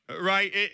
Right